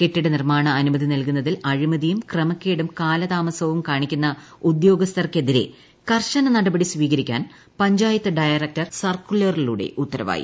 കെട്ടിട നിർമ്മാണ അനുമതി നൽകുന്നതിൽ അഴിമതിയും ക്രമക്കേടും കാലതാമസവും കാണിക്കുന്ന ഉദ്യോഗസ്ഥർക്കെതിരെ കർശന നടപടി സ്വീകരിക്കാൻ പഞ്ചായത്ത് ഡയറകൂർ സർക്കുലറിലൂടെ ഉത്തരവായി